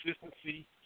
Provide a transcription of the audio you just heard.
consistency